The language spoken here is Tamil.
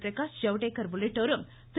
பிரகாஷ் ஐவ்டேகர் உள்ளிட்டோரும் திரு